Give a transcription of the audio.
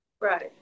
Right